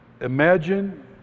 Imagine